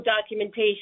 documentation